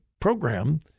program